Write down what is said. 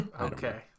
Okay